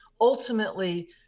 ultimately